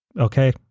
Okay